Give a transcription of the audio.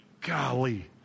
Golly